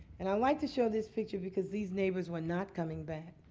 and i like to show this picture because these neighbors were not coming back.